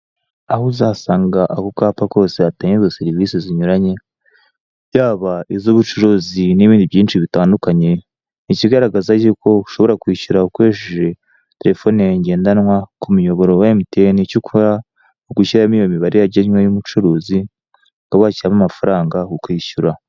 Aho uzasanga ako kapa kose hatangirwa serivise zinyuranye yaba iz'ubucuruzi n'ibindi byinshi bitandukanye, ni ikigaragaza y'uko ushobora kwishyura ukoresheje terefone yawe ngendanwa k'umuyoboro wa emutiyene, icyo ukora ni ugushyiramo iyo mibare yagenwe y'umucuruzi ukaba washyiramo amafaranga ukishyura.